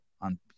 on